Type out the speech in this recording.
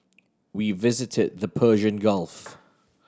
we visited the Persian Gulf